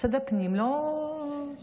את משרד הפנים זה לא מעניין.